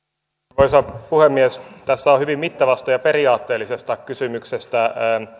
arvoisa puhemies tässä on hyvin mittavasta ja periaatteellisesta kysymyksestä